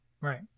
Right